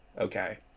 Okay